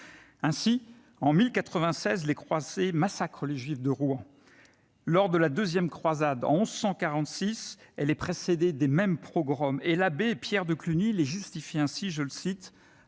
Ainsi, en 1096, les croisés massacrent les juifs de Rouen. La deuxième croisade de 1146 est précédée des mêmes pogroms et l'abbé Pierre de Cluny les justifie ainsi :« À